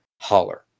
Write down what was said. holler